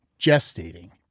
gestating